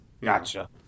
Gotcha